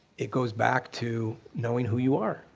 it goes back to knowing who you are,